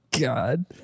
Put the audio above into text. God